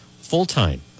full-time